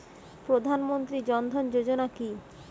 প্রধান মন্ত্রী জন ধন যোজনা কি?